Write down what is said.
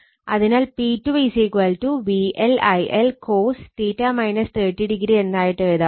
അതിനാൽ P2 VL IL cos എന്നായിട്ടെഴുതാം